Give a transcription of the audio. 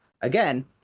again